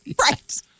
Right